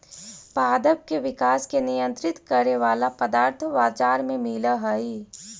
पादप के विकास के नियंत्रित करे वाला पदार्थ बाजार में मिलऽ हई